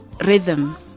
rhythm